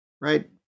right